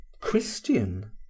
Christian